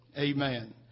Amen